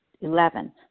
Eleven